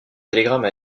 télégramme